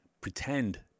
pretend